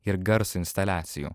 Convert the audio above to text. ir garso instaliacijų